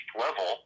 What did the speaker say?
level